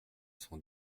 cent